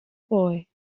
boy